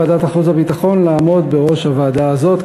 ליושב-ראש ועדת החוץ והביטחון לעמוד בראש הוועדה הזאת.